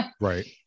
Right